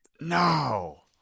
No